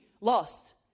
lost